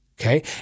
okay